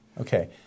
okay